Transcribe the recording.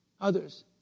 Others